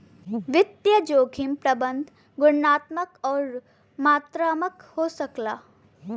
वित्तीय जोखिम प्रबंधन गुणात्मक आउर मात्रात्मक हो सकला